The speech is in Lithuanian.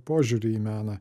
požiūrį į meną